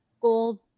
gold